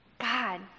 God